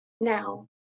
now